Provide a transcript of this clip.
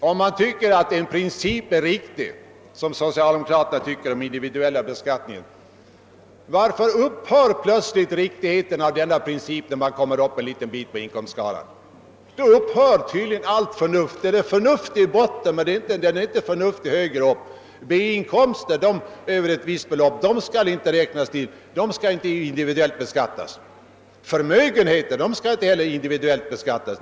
Om man tycker att en princip är riktig — som socialdemokraterna tycker om den individuella beskattningen — varför upphör plötsligt riktigheten av denna princip när man kommer litet högre upp på inkomstskalan? Där upphör tydligen förnuftet. Principen är förnuftig i botten, men inte högre upp: B-inkomster skall inte individuellt beskattas, förmögenheter skall inte heller individuellt beskattas.